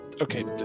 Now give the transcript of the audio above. Okay